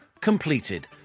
completed